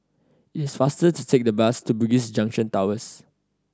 it is faster to take the bus to Bugis Junction Towers